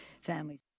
families